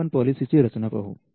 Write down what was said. आता आपण पॉलिसी ची रचना पाहू